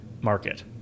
market